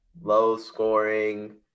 low-scoring